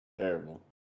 Terrible